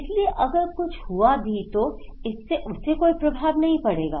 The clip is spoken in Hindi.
इसलिए अगर कुछ हुआ भी तो इससे उसे कोई प्रभाव नहीं पड़ेगा